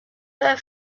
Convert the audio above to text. their